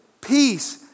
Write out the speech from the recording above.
peace